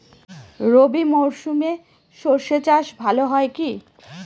রবি মরশুমে সর্ষে চাস ভালো হয় কি?